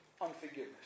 unforgiveness